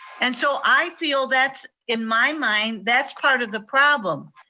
and so i feel that's in my mind, that's part of the problem.